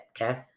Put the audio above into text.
Okay